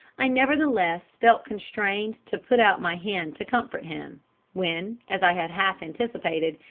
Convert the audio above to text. i nevertheless felt constrained to put out my hand to comfort him when, as i had half anticipated,